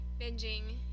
binging